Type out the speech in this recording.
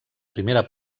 primera